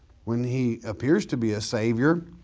when he appears to be a savior,